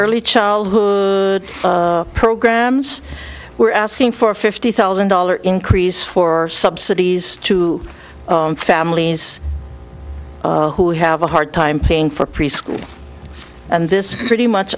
early childhood programs we're asking for fifty thousand dollar increase for subsidies to families who have a hard time paying for preschool and this pretty much